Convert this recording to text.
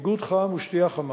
ביגוד חם ושתייה חמה.